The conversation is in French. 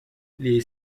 les